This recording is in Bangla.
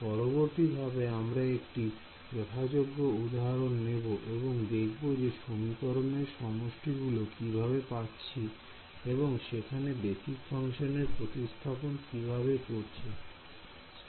পরবর্তী ধাপে আমরা একটি যথাযোগ্য উদাহরণ নেব এবং দেখব যে সমীকরণের সমষ্টি গুলো কিভাবে পাচ্ছি এবং সেখানে বেসিক ফাংশানের প্রতিস্থাপন কিভাবে করছি